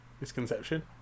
Misconception